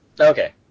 Okay